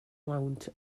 lawnt